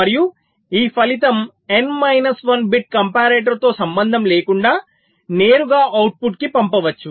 మరియు ఈ ఫలితం n మైనస్ 1 బిట్ కంపారిటర్తో సంబంధం లేకుండా నేరుగా అవుట్పుట్కు పంపవచ్చు